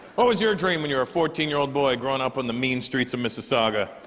what was your dream when you're a fourteen-year-old boy growing up on the mean streets of mississauga?